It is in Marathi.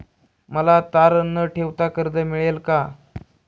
मला तारण न ठेवता कर्ज मिळेल का?